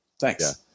Thanks